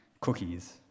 cookies